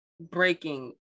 breaking